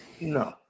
no